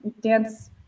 dance